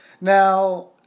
Now